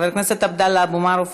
חבר הכנסת עבדאללה אבו מערוף,